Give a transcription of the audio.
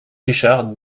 richard